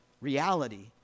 reality